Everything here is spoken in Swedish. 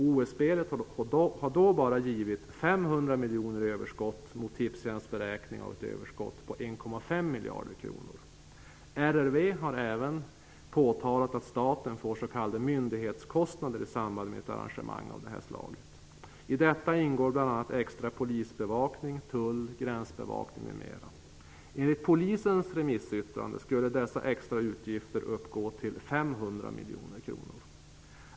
OS-spelet har då bara givit 500 miljoner i överskott, jämfört med Tipstjänsts beräkning på 1,5 miljarder kronor i överskott. RRV har även påtalat att staten får s.k. myndighetskostnader i samband med ett arrangemang av det här slaget. I dessa ingår bl.a. extra polisbevakning, tull, gränsbevakning m.m. Enligt polisens remissyttrande skulle dessa extra utgifter uppgå till 500 miljoner kronor.